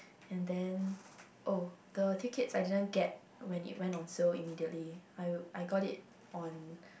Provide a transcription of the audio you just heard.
and then oh the tickets I didn't get when it went on sale immediately I I got it on